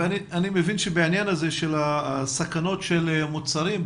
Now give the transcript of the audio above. אני מבין שבעניין הזה של הסכנות של מוצרים,